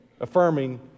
affirming